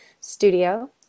studio